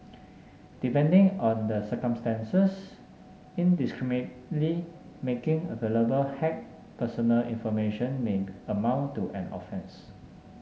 depending on the circumstances indiscriminately making available hacked personal information may be amount to an offence